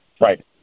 Right